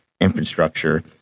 infrastructure